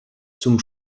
zum